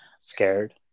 scared